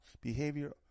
behavior